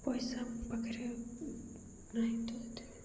ପଇସା ପାଖରେ ନାହିଁ